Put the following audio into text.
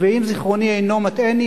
ואם זיכרוני אינו מטעני,